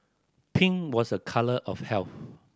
pink was a colour of health